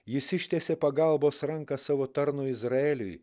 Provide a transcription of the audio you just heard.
jis ištiesė pagalbos ranką savo tarnui izraeliui